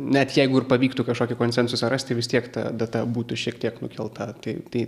net jeigu ir pavyktų kažkokį konsensusą rasti vis tiek ta data būtų šiek tiek nukelta tai tai